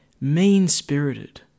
mean-spirited